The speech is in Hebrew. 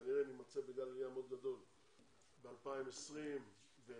כנראה נימצא בגל עלייה מאוד גדול ב-2021 בעיקר,